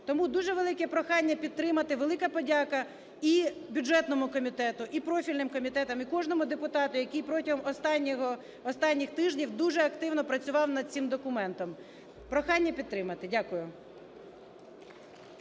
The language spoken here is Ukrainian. Тому дуже велике прохання підтримати. Велика подяка і бюджетному комітету, і профільним комітетам, і кожному депутату, який протягом останніх тижнів дуже активно працював над цим документом. Прохання підтримати. Дякую.